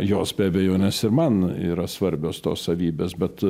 jos abejones ir man yra svarbios tos savybės bet